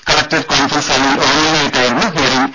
collectorate conference ഹാളിൽ ഓൺലൈനായിട്ടായിരുന്നു hearing